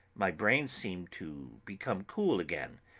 my brain seemed to become cool again,